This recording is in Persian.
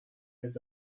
عده